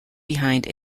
behind